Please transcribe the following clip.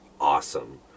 awesome